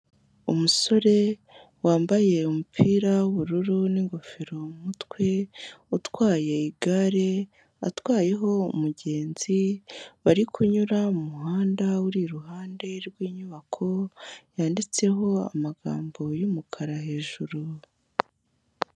Umusore wambaye umupira w'ubururu n'ingofero mu mutwe, utwaye igare atwayeho umugenzi, bari kunyura mu muhanda uri iruhande rw'inyubako yanditseho amagambo y'umukara hejuru.